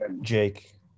Jake